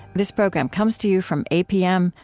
this program comes to you from apm,